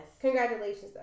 Congratulations